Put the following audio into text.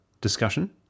discussion